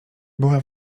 była